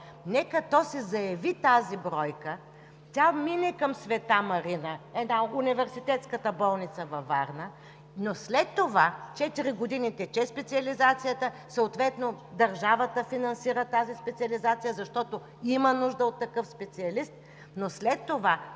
Нека то си заяви тази бройка, тя да мине към „Света Марина“ – университетската болница във Варна – специализацията е 4 години, съответно държавата финансира тази специализация, защото има нужда от такъв специалист, но след това